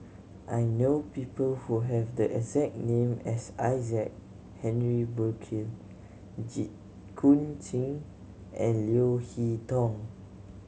I know people who have the exact name as Isaac Henry Burkill Jit Koon Ch'ng and Leo Hee Tong